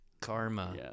karma